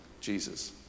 Jesus